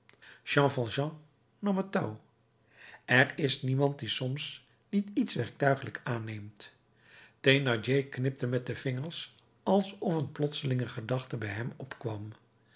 valjean nam het touw er is niemand die soms niet iets werktuiglijk aanneemt thénardier knipte met de vingers alsof een plotselinge gedachte bij hem opkwam